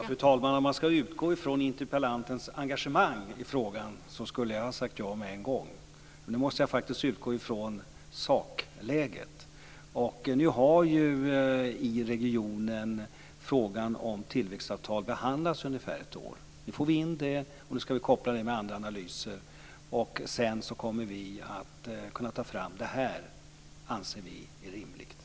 Fru talman! Om jag hade att utgå från interpellantens engagemang i frågan skulle jag ha sagt ja med en gång. Men nu måste jag faktiskt utgå från sakläget. I regionen har frågan om tillväxtavtal behandlats under ungefär ett år. Nu får vi in det materialet, och det skall kopplas till andra analyser. Sedan kommer vi att kunna ta fram det som vi anser är rimligt.